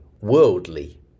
worldly